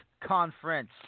Conference